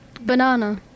Banana